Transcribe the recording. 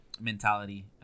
mentality